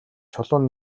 чулуун